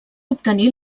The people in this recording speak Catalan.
obtenir